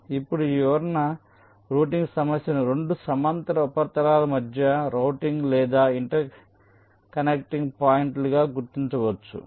ఇప్పుడు ఈ వివరణ రౌటింగ్ సమస్యను 2 సమాంతర ఉపరితలాల మధ్య రౌటింగ్ లేదా ఇంటర్కనెక్టింగ్ పాయింట్లుగా గుర్తించవచ్చు